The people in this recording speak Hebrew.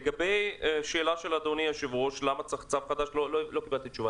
לגבי השאלה של אדוני היושב-ראש למה צריך צו חדש לא קיבלתי תשובה